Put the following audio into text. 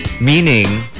Meaning